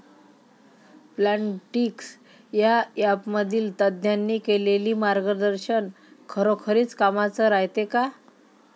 Plantix या ॲपमधील तज्ज्ञांनी केलेली मार्गदर्शन खरोखरीच कामाचं रायते का?